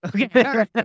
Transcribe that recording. okay